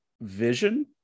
vision